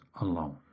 alone